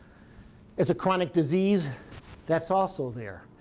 it's a chronic disease that's also there.